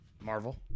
Marvel